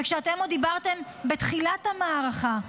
כשאתם עוד דיברתם בתחילת המערכה,